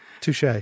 touche